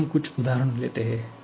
आइए हम कुछ उदाहरण देते हैं